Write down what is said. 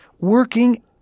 Working